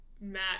Matt